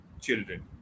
children